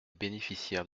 bénéficiaires